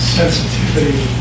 sensitivity